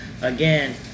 again